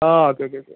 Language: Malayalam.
ആ ഓക്കെ ഓക്കെ ഓക്കെ